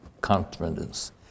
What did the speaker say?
confidence